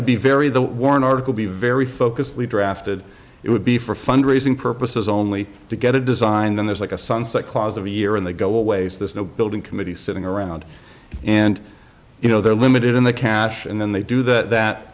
five be very the warren article be very focused we drafted it would be for fundraising purposes only to get it designed then there's like a sunset clause of a year and they go all ways there's no building committee sitting around and you know they're limited in the cash and then they do that that